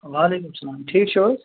وَعلیکُم السَلام ٹھیٖک چھُو حظ